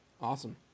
Awesome